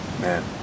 man